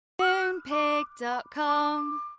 Moonpig.com